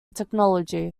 technology